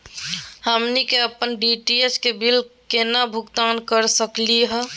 हमनी के अपन डी.टी.एच के बिल केना भुगतान कर सकली हे?